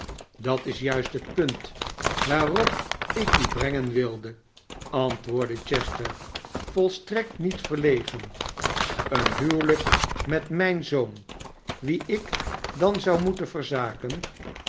dat is juist het punt waarop ik u brengen wilde antwoordde chester volstrekt met verlegen een huwelijk met mijn zoon wien ik dan zou moeten verzaken